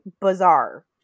bizarre